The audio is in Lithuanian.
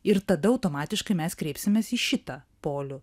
ir tada automatiškai mes kreipsimės į šitą polių